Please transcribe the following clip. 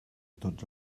tots